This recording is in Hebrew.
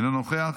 אינו נוכח,